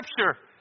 Scripture